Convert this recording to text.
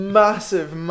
massive